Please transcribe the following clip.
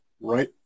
right